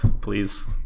please